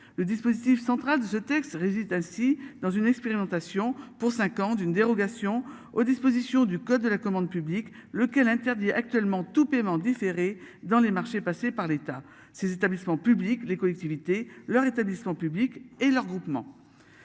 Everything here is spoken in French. Le dispositif central de ce texte réside ainsi dans une expérimentation pour 5 ans d'une dérogation aux dispositions du code de la commande publique, lequel interdit actuellement tout paiement différé dans les marchés passés par l'État. Ces établissements publics, les collectivités leur établissement public et le regroupement.